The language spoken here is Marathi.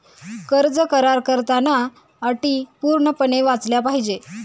कर्ज करार करताना अटी पूर्णपणे वाचल्या पाहिजे